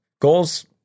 goals